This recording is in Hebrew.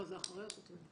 לא, זה אחרי השוטרים.